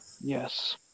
Yes